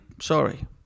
Sorry